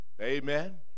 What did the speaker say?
Amen